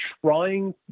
trying